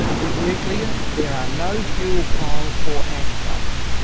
with nuclear, there are no fuel piles or ash dumps.